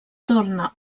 torna